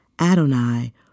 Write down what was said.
Adonai